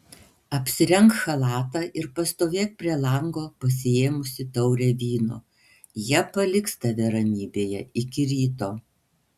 apsirenk chalatą ir pastovėk prie lango pasiėmusi taurę vyno jie paliks tave ramybėje iki ryto